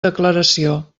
declaració